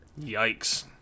Yikes